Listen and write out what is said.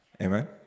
Amen